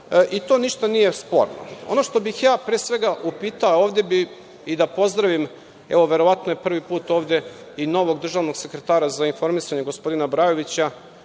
I to ništa nije sporno. Ono što bih, pre svega, upitao, a ovde bi i da pozdravim, evo verovatno je prvi put ovde, i novog državnog sekretara za informisanje, gospodina Brajovića,